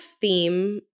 theme